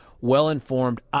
Well-informed